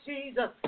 Jesus